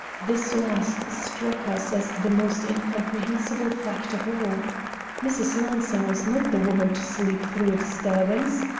this last struck us as the most incomprehensible fact of all. mrs. lansing was not the woman to sleep through a disturbance.